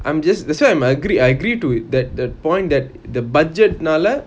I'm just that's why I'm agree I agree to tha~ that that point that the budget நாலா:naala